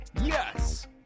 yes